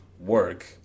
work